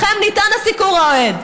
לכם ניתן הסיקור האוהד,